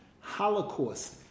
Holocaust